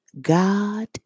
God